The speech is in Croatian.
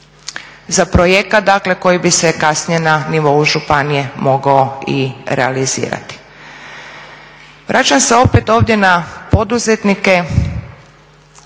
za projekat dakle koji bi se kasnije na nivou županije mogao i realizirati. Vraćam se opet ovdje na poduzetnike,